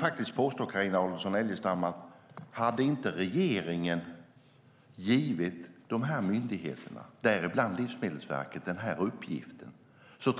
Jag vill påstå, Carina Adolfsson Elgestam, att om regeringen inte hade givit de myndigheterna, och däribland Livsmedelsverket, den uppgiften